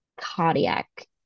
cardiac